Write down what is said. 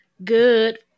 good